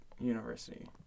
University